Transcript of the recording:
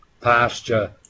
pasture